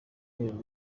w’intebe